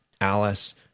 Alice